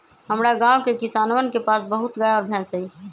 हमरा गाँव के किसानवन के पास बहुत गाय और भैंस हई